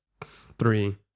Three